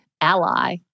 ally